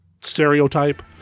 stereotype